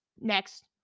next